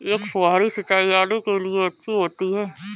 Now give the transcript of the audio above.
क्या फुहारी सिंचाई आलू के लिए अच्छी होती है?